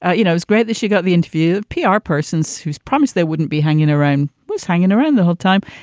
ah you know, it's great that she got the interview. ah pr persons who's promised they wouldn't be hanging around was hanging around the whole time.